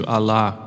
Allah